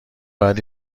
باید